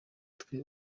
twe